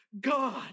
God